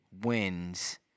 wins